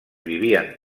vivien